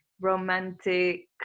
romantic